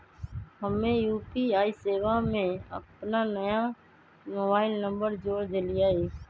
हम्मे यू.पी.आई सेवा में अपन नया मोबाइल नंबर जोड़ देलीयी